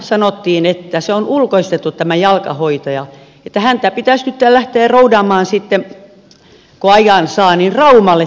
sanottiin että tämä jalkahoitaja on ulkoistettu että häntä pitäisi nyt lähteä roudaamaan sitten kun ajan saa raumalle tai nousiaisiin